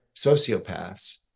sociopaths